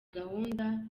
gahunda